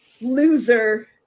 loser